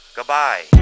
Goodbye